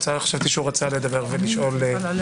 חשבתי שרצה לשאול שאלה.